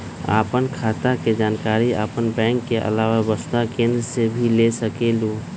आपन खाता के जानकारी आपन बैंक के आलावा वसुधा केन्द्र से भी ले सकेलु?